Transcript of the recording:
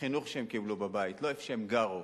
מהחינוך שהם קיבלו בבית, לא איפה הם גרו.